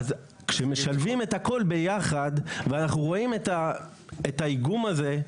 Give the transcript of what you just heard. אז כשמשלבים את הכל ביחד ואנחנו רואים את האיגום הזה,